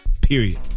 Period